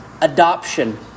Adoption